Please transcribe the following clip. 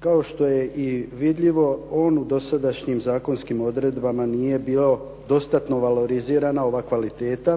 Kao što je i vidljivo on u dosadašnjim zakonskim odredbama nije bio dosta valorizirana ova kvaliteta